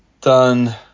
done